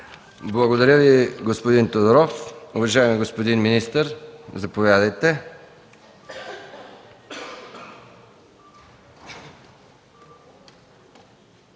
Благодаря Ви, господин Тодоров. Уважаеми господин министър, заповядайте.